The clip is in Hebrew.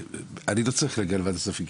אני לא צריך להגיע לוועדת הכספים,